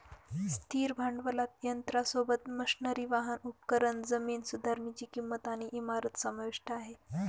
स्थिर भांडवलात यंत्रासोबत, मशनरी, वाहन, उपकरण, जमीन सुधारनीची किंमत आणि इमारत समाविष्ट आहे